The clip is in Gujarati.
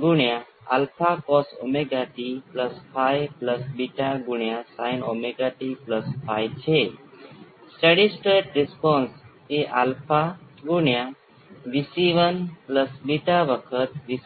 પરંતુ ક્વાલિટી ફેક્ટર હવે R ગુણ્યા વર્ગમૂળમાં C બાય L છે અને ડેમ્પિંગ ફેક્ટર ઝેટા 1 ઉપર 2 R વર્ગમૂળમાં L